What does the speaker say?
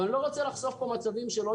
ואני לא רוצה לחשוף פה מצבים של עוד